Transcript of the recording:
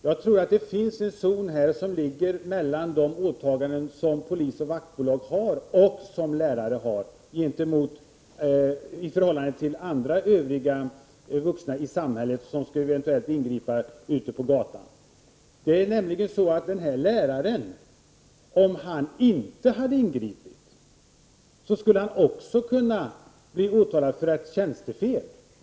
Jag tror att det finns en zon som ligger mellan de åtaganden som polis och vaktbolag har och de som lärare har i förhållande till övriga vuxna i samhället, som eventuellt skulle kunna ingripa ute på gatan. Om den här läraren inte hade ingripit, skulle han ha kunnat bli åtalad för tjänstefel.